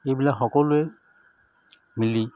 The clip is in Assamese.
এইবিলাক সকলোৱে মিলি